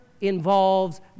involves